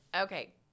okay